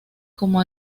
como